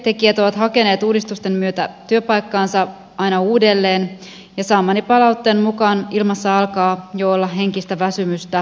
työntekijät ovat hakeneet uudistusten myötä työpaikkaansa aina uudelleen ja saamani palautteen mukaan ilmassa alkaa jo olla henkistä väsymystä muutostulvassa